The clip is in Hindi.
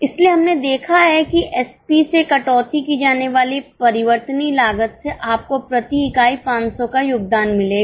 इसलिए हमने देखा है कि Sp से कटौती की जाने वाली परिवर्तनीय लागत से आपको प्रति इकाई 500 का योगदान मिलेगा